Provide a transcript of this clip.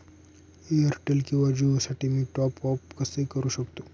Airtel किंवा जिओसाठी मी टॉप ॲप कसे करु शकतो?